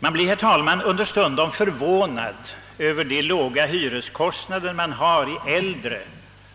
Man blir, herr talman, understundom förvånad över de låga hyreskostnaderna i äldre